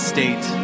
State